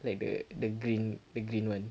like the the green the green one